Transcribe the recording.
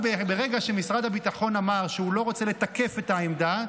ברגע שמשרד הביטחון אמר שהוא לא רוצה לתקף את העמדה,